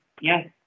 Yes